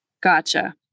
Gotcha